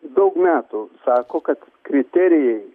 daug metų sako kad kriterijai